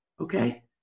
Okay